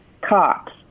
cops